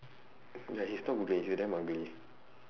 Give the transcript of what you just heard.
ya he's not good ya he damn ugly